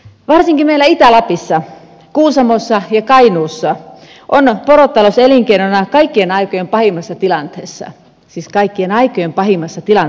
varsinkin meillä itä lapissa kuusamossa ja kainuussa on porotalous elinkeinona kaikkien aikojen pahimmassa tilanteessa siis kaikkien aikojen pahimmassa tilanteessa